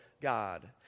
God